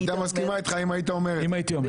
היא הייתה מסכימה איתך אם היית אומר את זה.